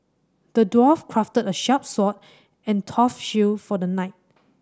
the dwarf crafted a sharp sword and tough shield for the knight